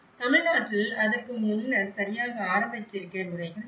தமிழ்நாட்டில் அதற்கு முன்னர் சரியான ஆரம்ப எச்சரிக்கை முறைகள் இல்லை